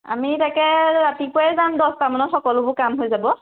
আমি তাকে ৰাতিপুৱাই যাম দহটামানত সকলোবোৰ কাম হৈ যাব